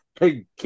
again